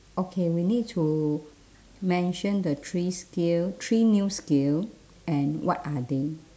okay we need to mention the three skill three new skill and what are they